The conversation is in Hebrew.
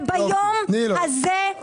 ביום הזה,